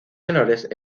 menores